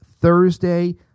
Thursday